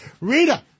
Rita